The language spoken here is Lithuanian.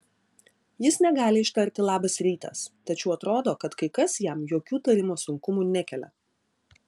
jis negali ištarti labas rytas tačiau atrodo kad kai kas jam jokių tarimo sunkumų nekelia